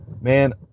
man